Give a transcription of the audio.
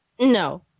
No